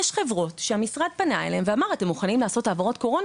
יש חברות שהמשרד פנה אליהם ואמר: אתם מוכנים לעשות העברות קורונה?